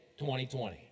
2020